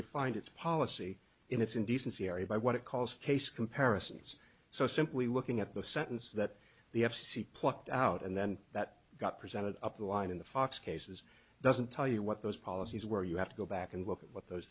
defined its policy in its indecency area by what it calls case comparisons so simply looking at the sentence that the f c c plucked out and then that got presented up the line in the fox cases doesn't tell you what those policies were you have to go back and look at what those